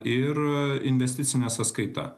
ir investicinė sąskaita